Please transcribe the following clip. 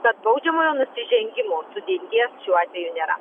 kad baudžiamojo nusižengimo sudėties šiuo atveju nėra